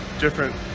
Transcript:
different